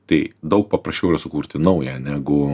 tai daug paprasčiau yra sukurti naują negu